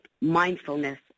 mindfulness